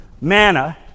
manna